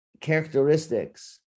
characteristics